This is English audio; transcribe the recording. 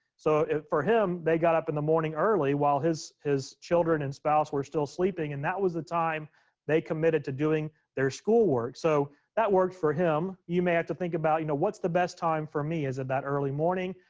so for him, they got up in the morning early, while his his children and spouse were still sleeping. and that was the time they committed to doing their schoolwork. so that worked for him. you may have to think about, you know what's the best time for me? is that that early morning?